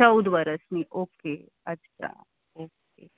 ચૌદ વર્ષની ઓકે અચ્છા ઓકે